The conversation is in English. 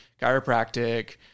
chiropractic